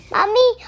Mommy